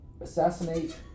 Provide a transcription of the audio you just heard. assassinate